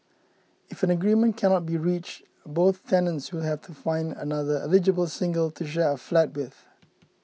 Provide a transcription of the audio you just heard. if an agreement cannot be reached both tenants will have to find another eligible single to share a flat with